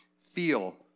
feel